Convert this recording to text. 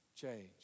Change